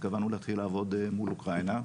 התכוונו להתחיל לעבוד מול אוקראינה.